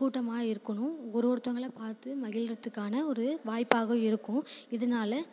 கூட்டமாக இருக்கணும் ஒரு ஒருத்தவங்களை பார்த்து மகிழ்கிறத்துக்கான ஒரு வாய்ப்பாக இருக்கும் இதனால